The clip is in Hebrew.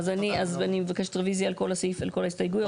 אז אני מבקשת רביזיה על כל ההסתייגויות.